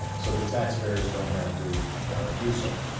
so that taxpayers don't have to do so.